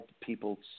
people